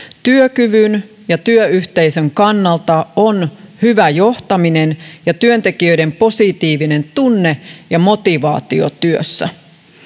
työkyvyn ja työyhteisön kannalta on hyvä johtaminen ja työntekijöiden positiivinen tunne ja motivaatio työssä